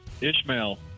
Ishmael